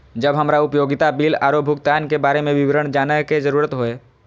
जब हमरा उपयोगिता बिल आरो भुगतान के बारे में विवरण जानय के जरुरत होय?